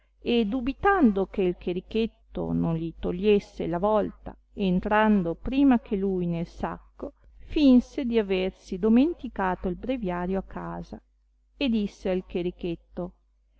e dubitando che il cherichetto non li togliesse la volta entrando prima che lui nel sacco finse di aversi domenticato il breviario a casa e disse al cherichetto